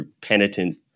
penitent